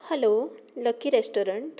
hello lucky restaurant